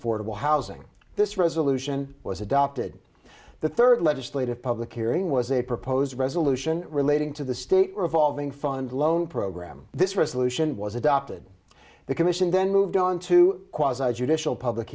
affordable housing this resolution was adopted the third legislative public hearing was a proposed resolution relating to the state revolving fund loan program this resolution was adopted the commission then moved on to judicial public